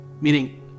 meaning